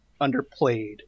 underplayed